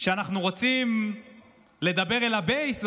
כשאנחנו רוצים לדבר אל הבייס,